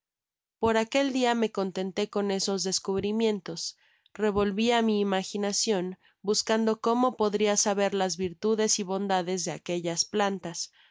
por aquel dia me contenté con esos descubrimientos revolvia mi imaginacion buscando como podria saber las virtudes y bondades de aquellas plantas